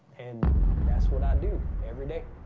and that's what i do every day.